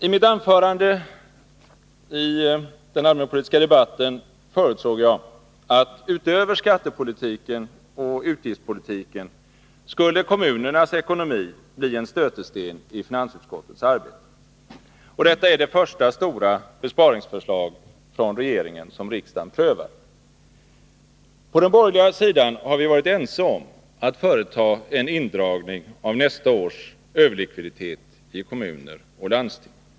I mitt anförande i den allmänpolitiska debatten förutsåg jag, att utöver skattepolitiken och utgiftspolitiken skulle kommunernas ekonomi bli en stötesten i finansutskottets arbete. Detta är det första stora besparingsförslag från regeringen som riksdagen prövar. På den borgerliga sidan har vi varit ense om att företa en indragning av nästa års överlikviditet i kommuner och landsting.